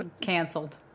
canceled